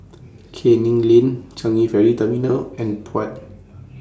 Canning Lane Changi Ferry Terminal and Puat